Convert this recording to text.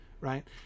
right